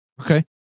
Okay